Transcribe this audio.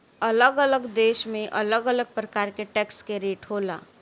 अलग अलग देश में अलग अलग प्रकार के टैक्स के रेट होला